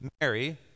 Mary